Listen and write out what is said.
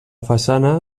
façana